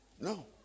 No